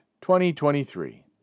2023